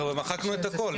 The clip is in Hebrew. מחקנו את הכול.